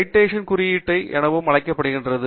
citation குறியீட்டெண் எனவும் அழைக்கப்படுகிறது